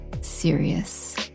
serious